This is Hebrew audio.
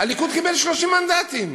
הליכוד קיבל 30 מנדטים.